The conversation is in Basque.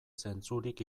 zentzurik